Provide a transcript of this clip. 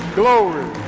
glory